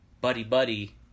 buddy-buddy